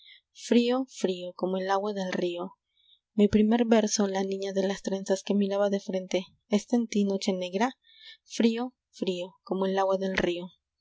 como el agua del río mi primer verso la niña de las trenzas que miraba de frente está en ti noche negra frío frío como el agua del río